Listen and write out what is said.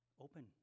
open